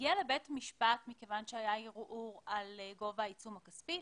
הגיע לבית המשפט כיוון שהיה ערעור על גובה העיצום הכספי?